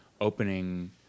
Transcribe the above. opening